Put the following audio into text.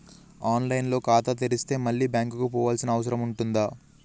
On line లో ఖాతా తెరిస్తే మళ్ళీ బ్యాంకుకు పోవాల్సిన అవసరం ఉంటుందా?